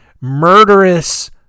murderous